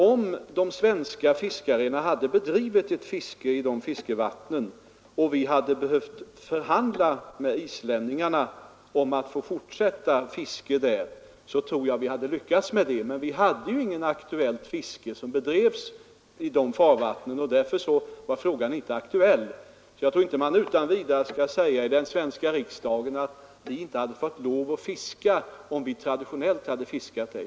Om de svenska fiskarna hade bedrivit ett fiske i de fiskevattnen och vi hade behövt förhandla med islänningarna om att få fortsätta fiska där vågar jag påstå att vi hade lyckats med det. Men vi bedrev inget fiske i de farvattnen, och därför var inte frågan aktuell. Jag tror alltså inte att man utan vidare skall säga i den svenska riksdagen att vi inte hade fått lov att fiska där om vi hade gjort det traditionellt.